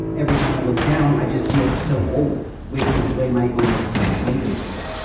every time i look down, i just feel so old. which is the way my illness has always made me feel.